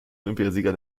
olympiasieger